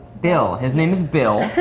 bill? his name is bill.